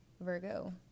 Virgo